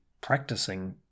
practicing